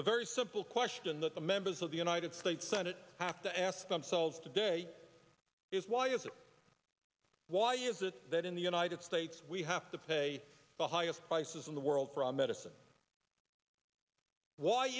the very simple question that the members of the united states senate have to ask themselves today is why is it why is it that in the united states we have to pay the highest prices in the world from medicine why